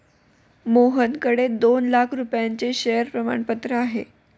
मोहनकडे दोन लाख रुपयांचे शेअर प्रमाणपत्र आहे